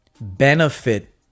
benefit